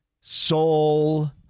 Soul